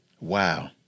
Wow